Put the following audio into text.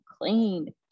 clean